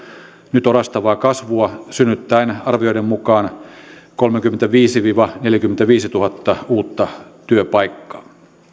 nyt orastavaa kasvua synnyttäen arvioiden mukaan kolmekymmentäviisituhatta viiva neljäkymmentäviisituhatta uutta työpaikkaa